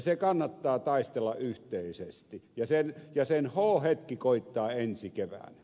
se kannattaa taistella yhteisesti ja sen h hetki koittaa ensi keväänä